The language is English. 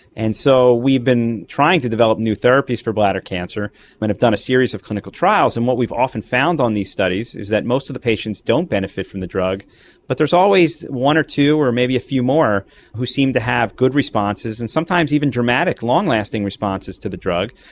and so we've been trying to develop new therapies for bladder cancer and have done a series of clinical trials, and what we've often found on these studies is that most of the patients don't benefit from the drug but there is always one or two or maybe a few more who seem to have good responses and sometimes even dramatic long-lasting responses to the drug.